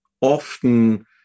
often